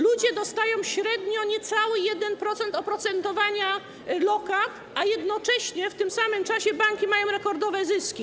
Ludzie dostają średnio niecały 1% oprocentowania lokat, a jednocześnie, w tym samym czasie, banki mają rekordowe zyski.